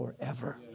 forever